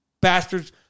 bastards